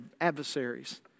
adversaries